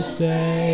say